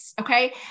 okay